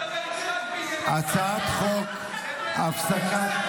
הצעת חוק הפסקת,